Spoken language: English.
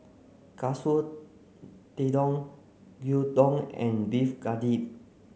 Katsu Tendon Gyudon and Beef Galbi